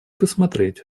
посмотреть